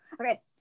Okay